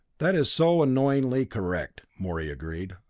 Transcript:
that is so annoyingly correct, morey agreed.